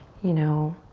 you know,